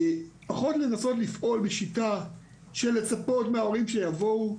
פחות לנסות לפעול בשיטה של לצפות מההורים שיבואו.